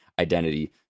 identity